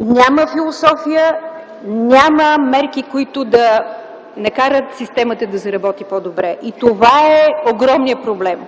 Няма философия, няма мерки, които да накарат системата да заработи по-добре! Това е огромният проблем.